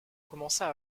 commença